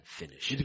finish